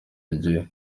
rye